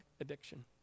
addiction